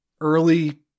early